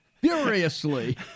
furiously